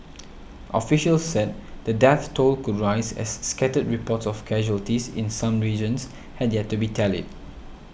officials said the death toll could rise as scattered reports of casualties in some regions had yet to be tallied